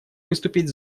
выступить